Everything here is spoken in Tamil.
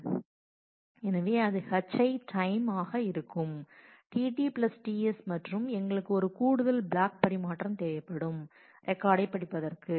எனவே அது hi டைம் ஆக இருக்கும் tT tS மற்றும் எங்களுக்கு ஒரு கூடுதல் பிளாக் பரிமாற்றம் தேவைப்படும் ரெக்கார்டை படிப்பதற்கு